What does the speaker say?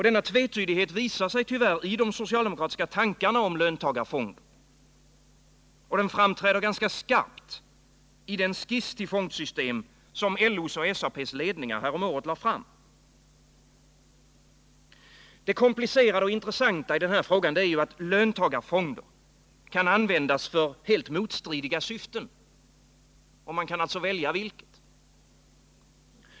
Denna tvetydighet visar sig tyvärr i de socialdemokratiska tankarna om löntagarfonder, och den framträdde ganska skarpt i den skiss till fondsystem som LO:s och SAP:s ledningar häromåret lade fram. Det komplicerade och intressanta i denna fråga är att löntagarfonder kan användas för helt motstridiga syften — och man kan alltså välja vilket.